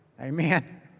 amen